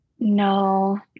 No